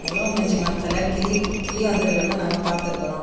இலவம் பஞ்சு மரத்தில் கிளி கிளி வந்திருக்கறத நாங்கள் பார்த்துருக்குறோம்